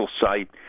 site